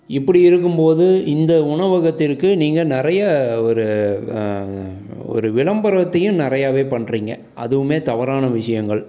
இப்படி இருக்கும்போது இந்த உணவகத்திற்கு நீங்கள் நிறைய ஒரு ஒரு விளம்பரத்தையும் நிறையவே பண்ணுறிங்க அதுவுமே தவறான விஷயங்கள்